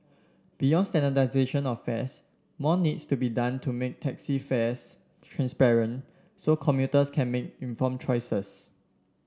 beyond standardisation of fares more needs to be done to make taxi fares transparent so commuters can make inform choices